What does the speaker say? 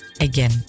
again